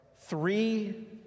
three